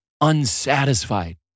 unsatisfied